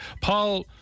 Paul